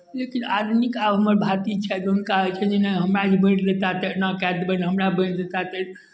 लेकिन आदमीके आब हमर भातिज छथि हुनका होइ छनि नहि हमरा ई बाँटि देता तऽ एना कए देबनि हमरा बाँटि देता तऽ